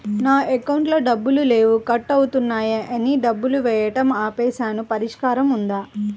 నా అకౌంట్లో డబ్బులు లేవు కట్ అవుతున్నాయని డబ్బులు వేయటం ఆపేసాము పరిష్కారం ఉందా?